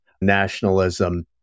nationalism